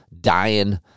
dying